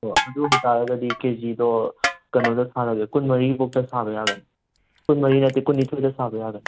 ꯑꯗꯨ ꯑꯣꯏꯕ ꯇꯥꯔꯒꯗꯤ ꯀꯦꯖꯤꯗꯣ ꯀꯩꯅꯣꯗ ꯁꯥꯔꯒꯦ ꯀꯨꯟ ꯃꯔꯤ ꯐꯥꯎꯗ ꯁꯥꯕ ꯌꯥꯒꯅꯤ ꯀꯨꯟ ꯃꯔꯤ ꯅꯠꯇꯦ ꯀꯨꯟꯅꯤꯊꯣꯏꯗ ꯁꯥꯕ ꯌꯥꯒꯅꯤ